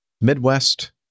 Midwest